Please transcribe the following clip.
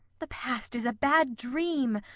the past is a bad dream,